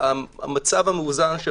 המצב המאוזן,